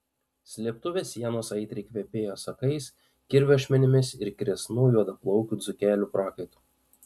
slėptuvės sienos aitriai kvepėjo sakais kirvio ašmenimis ir kresnų juodaplaukių dzūkelių prakaitu